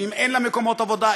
ואם אין לה מקומות עבודה,